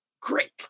Great